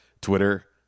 Twitter